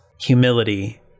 Humility